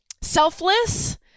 selfless